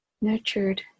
nurtured